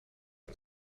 het